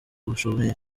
bushomeri